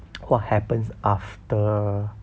what happens after